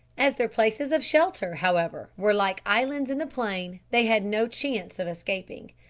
as their places of shelter, however, were like islands in the plain, they had no chance of escaping.